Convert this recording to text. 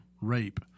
rape –